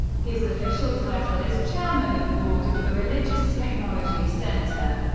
his official title is chairman of the board of the religious technology center,